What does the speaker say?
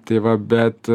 tai va bet